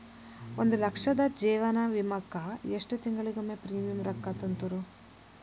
ಒಂದ್ ಲಕ್ಷದ ಜೇವನ ವಿಮಾಕ್ಕ ಎಷ್ಟ ತಿಂಗಳಿಗೊಮ್ಮೆ ಪ್ರೇಮಿಯಂ ರೊಕ್ಕಾ ತುಂತುರು?